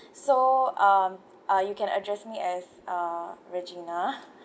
so um uh you can address me as uh regina